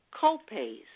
Co-pays